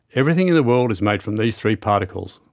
everything in the world is made from these three particles,